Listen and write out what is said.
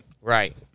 right